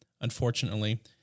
unfortunately